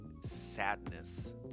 sadness